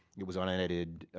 it was unedited,